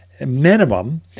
minimum